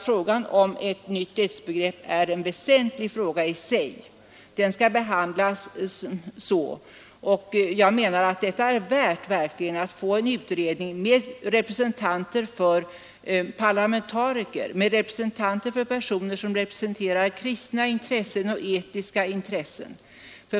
Frågan om ett nytt dödsbegrepp är väsentlig i sig och skall behandlas därefter. Den är verkligen värd en utredning med representanter för parlamentariker och med personer som representerar kristna och etiska intressen.